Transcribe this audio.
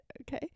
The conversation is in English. okay